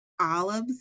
olives